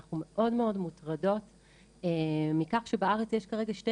אנחנו מאוד מאוד מוטרדות מכך שבארץ יש כרגע שתי